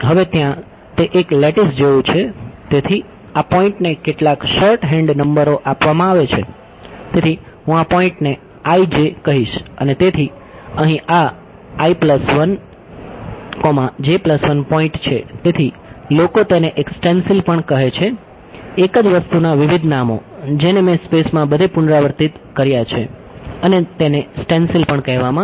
હવે ત્યાં તે એક લેટિસ ને કહીશ અને તેથી અહીં આ પોઈન્ટ કર્યા છે અને તેને સ્ટેન્સિલ પણ કહેવામાં આવે છે